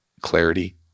clarity